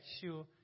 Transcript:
sure